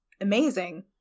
amazing